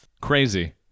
Crazy